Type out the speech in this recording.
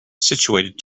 situated